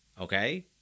okay